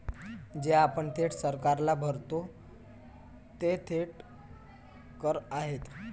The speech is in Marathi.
जे आपण थेट सरकारला भरतो ते थेट कर आहेत